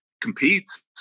competes